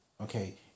Okay